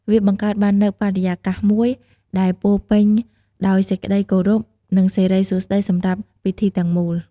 វាបង្កើតបាននូវបរិយាកាសមួយដែលពោរពេញដោយសេចក្តីគោរព និងសិរីសួស្តីសម្រាប់ពិធីទាំងមូល។